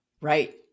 Right